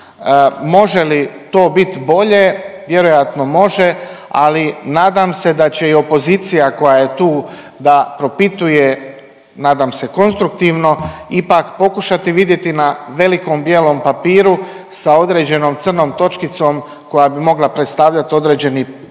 Može li to bit bolje, vjerojatno može, ali nadam se da će i opozicija koja je tu da propituje, nadam se konstruktivno, ipak pokušati vidjeti na velikom bijelom papiru sa određenom crnom točkicom koja bi mogla predstavljat određeni problem